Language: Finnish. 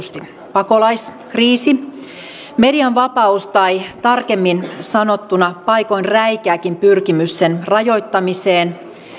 pakolaiskriisi median vapaus tai tarkemmin sanottuna paikoin räikeäkin pyrkimys sen rajoittamiseen